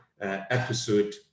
episode